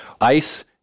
ice